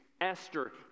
esther